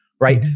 right